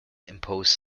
imposed